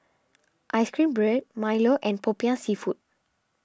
Ice Cream Bread Milo and Popiah Seafood